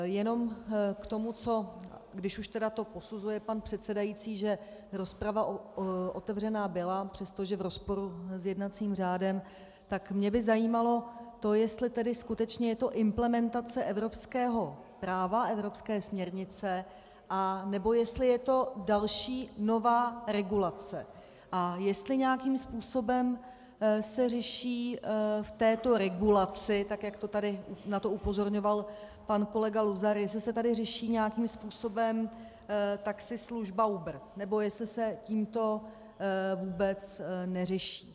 Jenom k tomu, když už to posuzuje pan předsedající, že rozprava otevřena byla, přestože v rozporu s jednacím řádem, tak mě by zajímalo to, jestli je to skutečně implementace evropského práva, evropské směrnice, anebo jestli je to další nová regulace a jestli se nějakým způsobem řeší v této regulaci, tak jak na to tady upozorňoval pan kolega Luzar, jestli se tady řeší nějakým způsobem taxislužba Uber, nebo jestli se to vůbec neřeší.